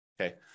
okay